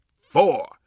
four